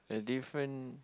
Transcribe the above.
the different